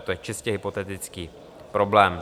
To je čistě hypotetický problém.